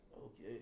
Okay